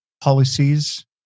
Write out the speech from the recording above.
policies